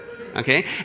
Okay